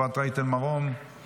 אפרת רייטן מרום,